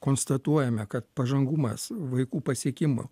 konstatuojame kad pažangumas vaikų pasiekimų